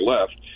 left